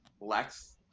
lex